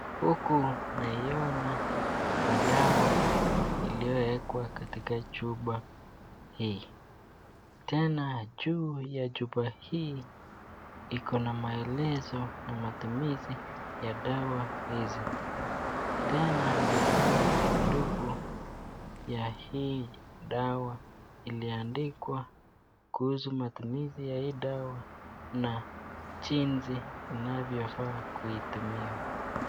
Huku naoina madawa iliyowekwa katika chupa hii . Tena juu ya chupa hii iko na maelezo na matumizi ya dawa hizi . Tena naiona sanduku ya hii dawa iliandikwa kuhusu matumizi ya hii dawa na jinsi unavyofaa kuitumia .